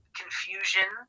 confusion